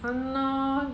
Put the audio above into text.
!hannor!